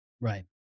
Right